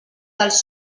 dels